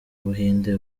buhinde